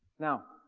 now.